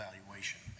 evaluation